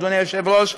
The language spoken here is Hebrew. אדוני היושב-ראש,